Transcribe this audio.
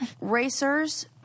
Racers